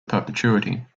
perpetuity